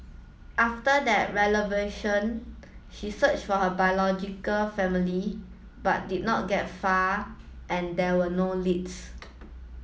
after that she searched for her biological family but did not get far and there were no leads